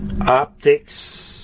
optics